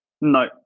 No